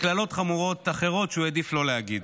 וקללות חמורות אחרות שהוא העדיף לא לספר.